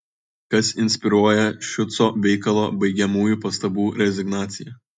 kas inspiruoja šiuco veikalo baigiamųjų pastabų rezignaciją